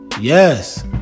Yes